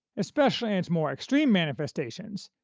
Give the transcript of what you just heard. especially in its more extreme manifestations,